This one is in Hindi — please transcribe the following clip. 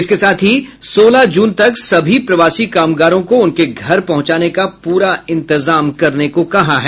इसके साथ ही सोलह जून तक सभी प्रवासी कामगारों को उनके घर पहुंचाने का प्रा इंतेजाम करने को कहा है